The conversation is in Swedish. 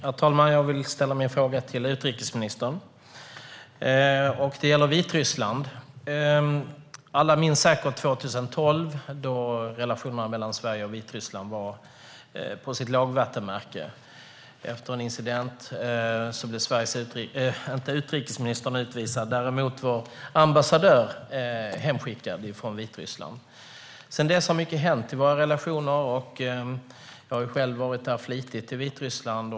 Herr talman! Jag vill ställa min fråga till utrikesministern. Det gäller Vitryssland. Alla minns säkert 2012, då relationerna mellan Sverige och Vitryssland nådde sitt lågvattenmärke. Efter en incident blev Sveriges ambassadör hemskickad från Vitryssland. Sedan dess har mycket hänt i vår relation. Jag har varit en flitig besökare i Vitryssland.